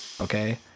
Okay